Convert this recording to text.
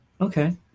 Okay